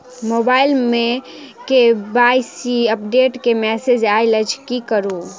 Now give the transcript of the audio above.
Mobile मे KYC update केँ message आइल अछि की करू?